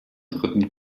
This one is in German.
dritten